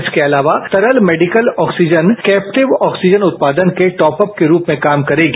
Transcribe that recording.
इसके अलावा तरल मेडिकल ऑक्सीजन कैप्टिव ऑक्सीजन उत्पादन के टॉप अप के रूप में काम करेगी